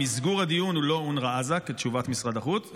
מסגור הדיון הוא לא אונר"א עזה כתשובת משרד החוץ,